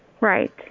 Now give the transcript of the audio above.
Right